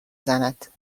زند